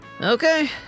Okay